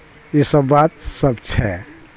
ईसब बात सब छै